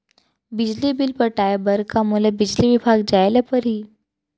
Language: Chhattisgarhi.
बिजली बिल पटाय बर का मोला बिजली विभाग जाय ल परही?